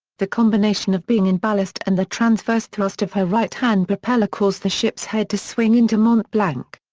the combination of being in ballast and the transverse thrust of her right-hand propellor caused the ship's head to swing into mont-blanc.